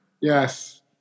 yes